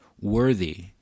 worthy